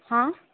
ହଁ